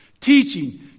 Teaching